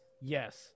Yes